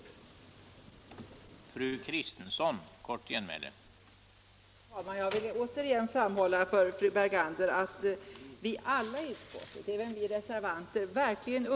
Fredagen den